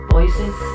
Voices